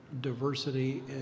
diversity